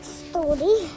story